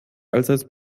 allseits